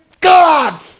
God